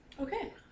Okay